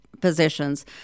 positions